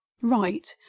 right